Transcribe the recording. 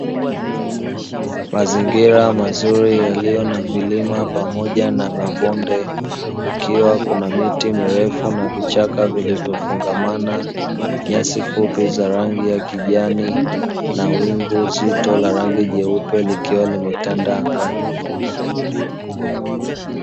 Mazingira mazuri yaliyo na milima pamoja na mabonde, kukiwa na miti mirefu na vichaka vilivyofungamana, nyasi fupi za rangi ya kijani na wingu zito la rangi nyeupe likiwa limetanda angani.